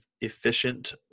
efficient